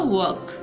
work